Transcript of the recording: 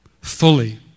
fully